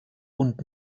und